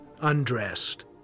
undressed